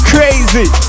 Crazy